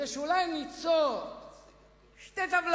ואולי ניצור טבלאות,